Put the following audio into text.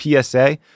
PSA